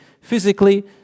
physically